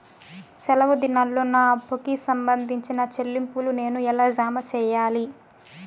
సెలవు దినాల్లో నా అప్పుకి సంబంధించిన చెల్లింపులు నేను ఎలా జామ సెయ్యాలి?